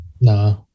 nah